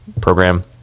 program